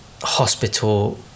hospital